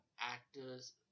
actors